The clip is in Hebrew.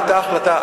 היתה החלטה,